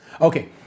Okay